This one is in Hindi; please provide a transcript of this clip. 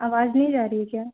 आवाज नहीं जा रही है क्या